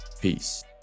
Peace